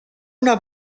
una